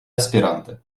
аспиранты